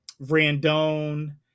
Randone